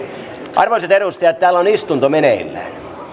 arvoisat edustajat täällä on istunto meneillään